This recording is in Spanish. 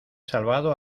salvado